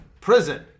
Prison